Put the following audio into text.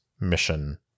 mission